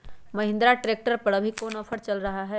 Mahindra tractor पर अभी कोन ऑफर चल रहा है?